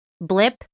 blip